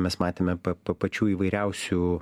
mes matėme pa pa pačių įvairiausių